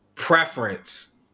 preference